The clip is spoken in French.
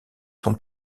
son